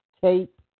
tape